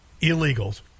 illegals